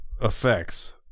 effects